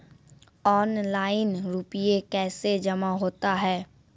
Online रुपये कैसे जमा होता हैं?